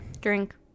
Drink